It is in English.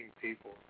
people